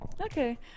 okay